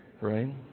Right